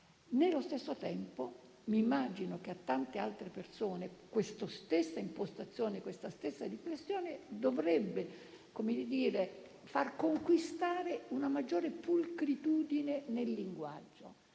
Nello stesso tempo, immagino che a tante altre persone questa stessa impostazione e questa stessa riflessione dovrebbero far conquistare una maggiore pulcritudine nel linguaggio.